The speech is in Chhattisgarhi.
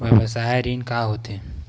व्यवसाय ऋण का होथे?